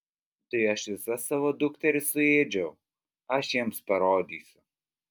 tai aš visas savo dukteris suėdžiau aš jiems parodysiu